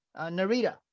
Narita